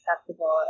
acceptable